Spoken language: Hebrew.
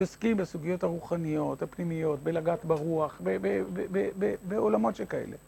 מתעסקים בסוגיות הרוחניות, הפנימיות, בלגעת ברוח, בעולמות שכאלה.